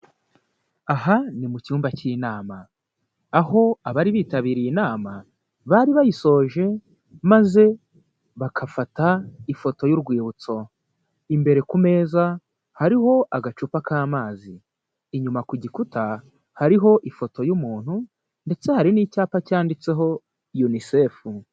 Aha ni mu cyumba cy'inama, aho abari bitabiriye inama bari bayisoje maze bakafata ifoto y'urwibutso. Imbere ku meza hariho agacupa k'amazi, inyuma ku gikuta hariho ifoto y'umuntu ndetse hari n'icyapa cyanditseho UNICEF.